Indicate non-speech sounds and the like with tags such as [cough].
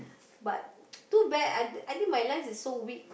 but [noise] too bad I I think my lens is so weak